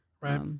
Right